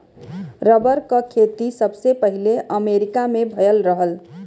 rubber क खेती सबसे पहिले अमरीका में भयल रहल